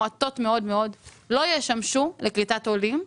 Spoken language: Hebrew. לא ישמשו לקליטת עולים,